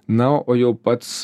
na o jau pats